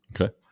Okay